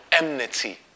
enmity